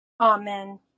Amen